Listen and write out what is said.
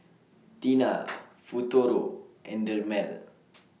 Tena Futuro and Dermale